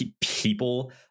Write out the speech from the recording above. people